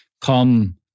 Come